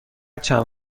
چند